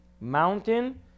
mountain